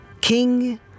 king